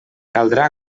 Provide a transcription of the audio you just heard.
caldrà